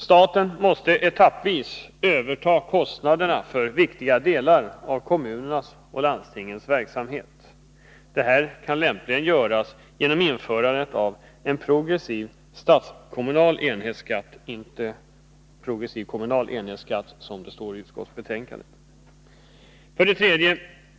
Staten måste etappvis överta kostnaderna för viktiga delar av kommunernas och landstingens verksamhet. Det kan lämpligen göras genom införandet av en progressiv statskommunal enhetsskatt, inte en progressiv kommunal enhetsskatt, som det står i utskottsbetänkandet. 3.